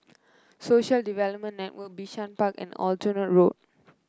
Social Development Network Bishan Park and Aljunied Road